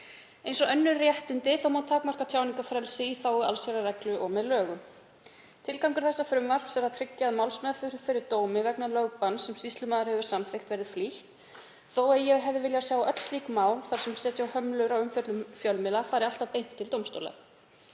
Eins og önnur réttindi má takmarka tjáningarfrelsi í þágu allsherjarreglu og með lögum. Tilgangur þessa frumvarps er að tryggja að málsmeðferð fyrir dómi vegna lögbanns sem sýslumaður hefur samþykkt verði flýtt, þó að ég hefði viljað að öll slík mál þar sem setja á hömlur á umfjöllun fjölmiðla færu alltaf beint til dómstóla.